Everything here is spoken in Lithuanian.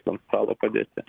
ant stalo padėti